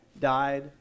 died